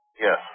Yes